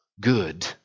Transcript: Good